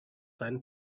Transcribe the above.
seinen